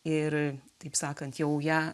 ir taip sakant jau ją